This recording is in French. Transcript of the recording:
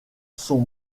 sont